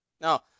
Now